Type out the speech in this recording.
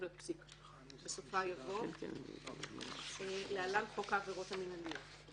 בסופה יבוא "(להלן, חוק העבירות המינהליות)";